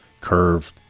curved